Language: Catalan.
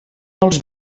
els